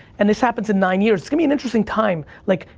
and this happens in nine years, it's gonna be an interesting time. like,